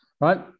right